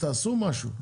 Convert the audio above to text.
תעשו משהו.